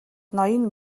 ноён